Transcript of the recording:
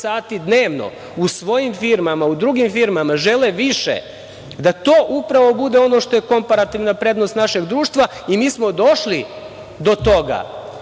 sati dnevno u svojim firmama, u drugim firmama, žele više, da to upravo bude ono što je komparativna prednost našeg društva. Mi smo došli do toga